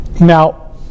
now